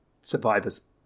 survivors